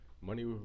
money